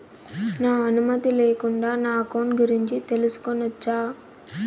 నా అనుమతి లేకుండా నా అకౌంట్ గురించి తెలుసుకొనొచ్చా?